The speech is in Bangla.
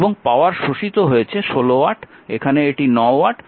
এবং পাওয়ার শোষিত হয়েছে 16 ওয়াট এখানে এটি 9 ওয়াট